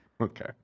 Okay